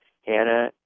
Hannah